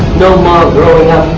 no more growing up.